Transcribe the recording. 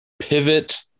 pivot